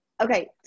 Okay